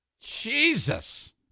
Jesus